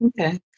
Okay